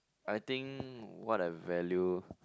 I think what I value